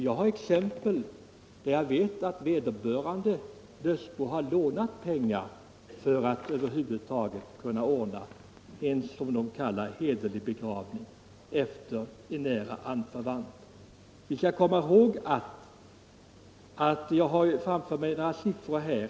Jag har exempel på att vederbörande dödsbo har lånat pengar för att kunna ordna vad de kallar en hederlig begravning av en nära anförvant. Jag har framför mig några siffror.